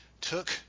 took